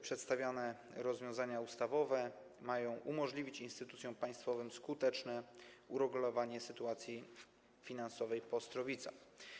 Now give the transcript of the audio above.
Przedstawiane rozwiązania ustawowe mają umożliwić instytucjom państwowym skuteczne uregulowanie sytuacji finansowej po Ostrowicach.